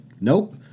nope